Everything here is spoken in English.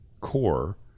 core